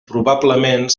probablement